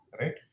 right